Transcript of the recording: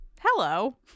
hello